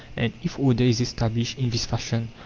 and if order is established in this fashion,